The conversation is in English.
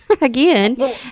Again